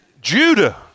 Judah